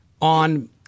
on